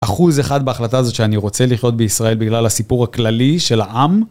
אחוז אחד בהחלטה הזאת שאני רוצה לחיות בישראל בגלל הסיפור הכללי של העם